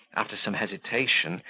after some hesitation,